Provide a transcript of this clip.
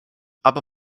aber